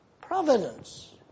providence